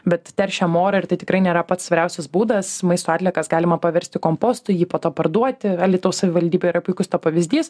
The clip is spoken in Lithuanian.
bet teršiam orą ir tai tikrai nėra pats svariausias būdas maisto atliekas galima paversti kompostu jį po to parduoti alytaus savivaldybė yra puikus to pavyzdys